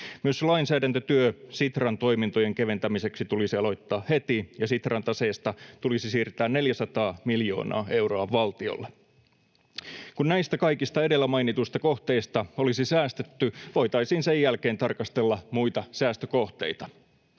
Myös lainsäädäntötyö Sitran toimintojen keventämiseksi tulisi aloittaa heti, ja Sitran taseesta tulisi siirtää 400 miljoonaa euroa valtiolle. Kun näistä kaikista edellä mainituista kohteista olisi säästetty, voitaisiin sen jälkeen tarkastella muita säästökohteita.